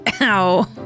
Ow